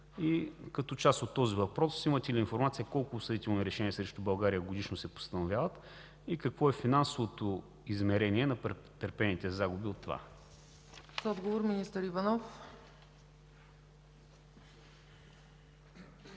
Като част от този въпрос – имате ли информация колко осъдителни решения срещу България годишно се постановяват? Какво е финансовото измерение на претърпените загуби от това? ПРЕДСЕДАТЕЛ ЦЕЦКА